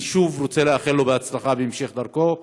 אני שוב רוצה לאחל לו בהצלחה בהמשך דרכו,